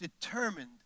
determined